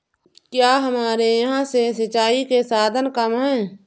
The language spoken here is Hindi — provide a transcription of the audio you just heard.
क्या हमारे यहाँ से सिंचाई के साधन कम है?